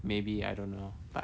maybe I don't know but